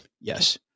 Yes